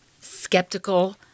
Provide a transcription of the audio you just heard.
skeptical